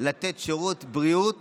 לתת שירות בריאות